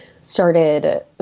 started